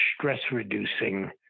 stress-reducing